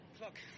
Look